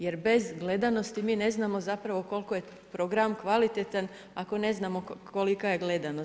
Jer bez gledanosti mi ne znamo zapravo koliko je program kvalitetan ako ne znamo kolika je gledanost.